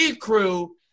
crew